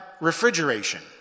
Refrigeration